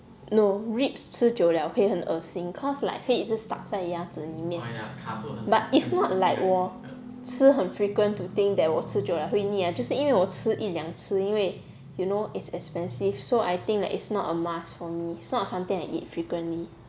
no ribs 吃久了会很恶心 cause like 会一直 stuck 在你牙齿里面 but it's not like 我吃很 frequent to think that 我吃久了会腻啊就是因为我吃一两次因为 you know it's expensive so I think that it's not a must for me it's not something I'll eat frequently